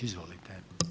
Izvolite.